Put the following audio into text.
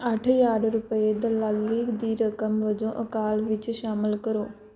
ਅੱਠ ਹਜ਼ਾਰ ਰੁਪਏ ਦਲਾਲੀ ਦੀ ਰਕਮ ਵਜੋਂ ਅਕਾਲ ਵਿੱਚ ਸ਼ਾਮਲ ਕਰੋ